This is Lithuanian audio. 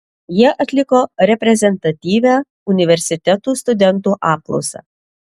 jie atliko reprezentatyvią universitetų studentų apklausą